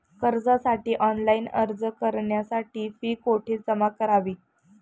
कर्जासाठी ऑनलाइन अर्ज करण्यासाठी फी कुठे जमा करावी?